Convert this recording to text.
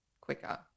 quicker